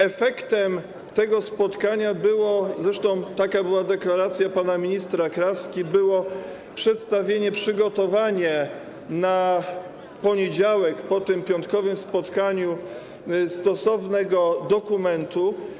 Efektem tego spotkania było - zresztą taka była deklaracja pana ministra Kraski - przedstawienie, przygotowanie na poniedziałek po tym piątkowym spotkaniu stosownego dokumentu.